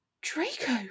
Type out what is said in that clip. Draco